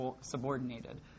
subordinated